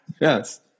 Yes